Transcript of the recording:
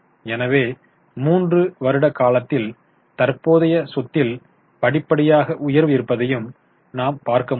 எனவே 3 வருட காலத்தில் தற்போதைய சொத்தில் படிப்படியாக உயர்வு இருப்பதை நாம் பார்க்க முடியும்